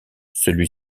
celui